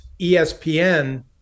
ESPN